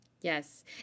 yes